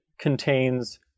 contains